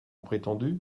prétendu